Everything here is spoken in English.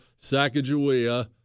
Sacagawea